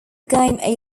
game